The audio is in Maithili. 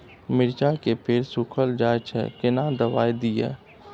मिर्चाय के पेड़ सुखल जाय छै केना दवाई दियै?